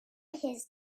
his